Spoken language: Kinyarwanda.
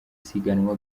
siganwa